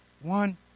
one